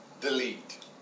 delete